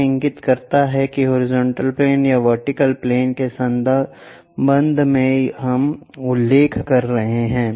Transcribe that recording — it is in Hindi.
यह इंगित करता है कि हॉरिजॉन्टल प्लेन या वर्टिकल प्लेन के संबंध में हम उल्लेख कर रहे हैं